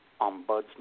ombudsman